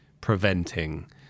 preventing